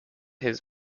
his